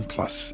Plus